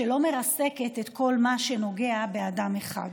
שלא מרסקת את כל מה שנוגע באדם אחד.